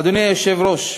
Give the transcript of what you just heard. אדוני היושב-ראש,